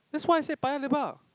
that's what I said Paya-Lebar